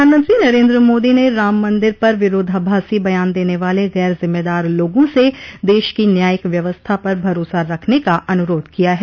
प्रधानमंत्री नरेन्द्र मोदी ने राम मंदिर पर विरोधाभासी बयान देने वाले गैर जिम्मेदार लोगों से देश की न्यायिक व्यवस्था पर भरोसा रखने का अनुरोध किया है